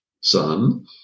son